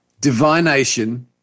divination